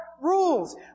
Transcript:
rules